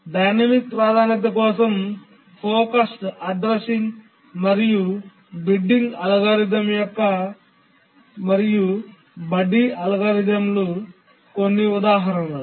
dynamic ప్రాధాన్యత కోసం focused addressing మరియు బిడ్డింగ్ అల్గోరిథం మరియు బడ్డీ అల్గోరిథంలు కొన్ని ఉదాహరణలు